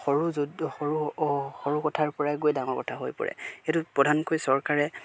সৰু য'ত সৰু সৰু কথাৰ পৰাই গৈ ডাঙৰ কথা হৈ পৰে সেইটোত প্ৰধানকৈ চৰকাৰে